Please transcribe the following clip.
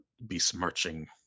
besmirching